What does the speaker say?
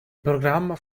programma